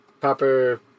proper